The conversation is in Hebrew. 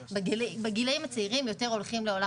בגילאים הצעירים הולכים יותר לעולם